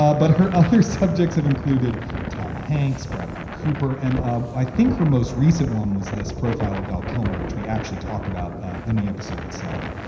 ah but her other subjects have included tom hanks, bradley cooper, and um i think her most recent one was this profile of val kilmer, which we actually talk about in the episode itself.